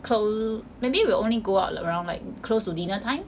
clos~ maybe we will only go out around like close to dinner time